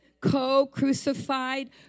co-crucified